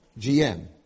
GM